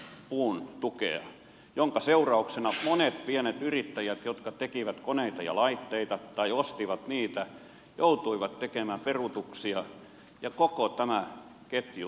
te vähensitte puun tukea minkä seurauksena monet pienet yrittäjät jotka tekivät koneita ja laitteita tai ostivat niitä joutuivat tekemään peruutuksia ja koko tämä ketju halvaantui